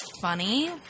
funny